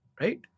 right